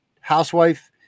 housewife